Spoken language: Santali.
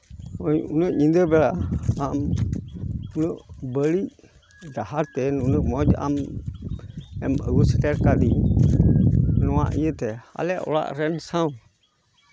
ᱦᱚᱸᱜᱼᱚᱭ ᱩᱱᱟᱹᱜ ᱧᱤᱫᱟᱹ ᱵᱮᱲᱟ ᱦᱟᱸᱜ ᱩᱱᱟᱹᱜ ᱵᱟᱹᱲᱤᱡ ᱰᱟᱦᱟᱨ ᱛᱮ ᱱᱩᱱᱟᱹᱜ ᱢᱚᱡᱽ ᱟᱢ ᱮᱢ ᱟᱹᱜᱩ ᱥᱮᱴᱮᱨ ᱠᱟᱹᱫᱤᱧᱟ ᱱᱚᱣᱟ ᱤᱭᱟᱹ ᱛᱮ ᱟᱞᱮ ᱚᱲᱟᱜ ᱨᱮᱱ ᱥᱟᱶ